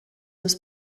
was